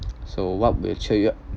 so what will cheer you up